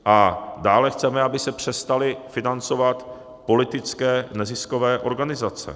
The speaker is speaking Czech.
A dále chceme, aby se přestaly financovat politické neziskové organizace.